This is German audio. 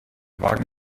wagen